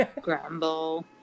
Grumble